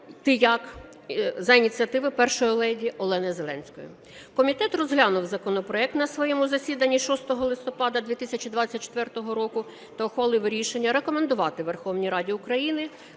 року за ініціативи першої леді Олени Зеленської. Комітет розглянув законопроект на своєму засіданні 6 листопада 2024 року та ухвалив рішення рекомендувати Верховній Раді України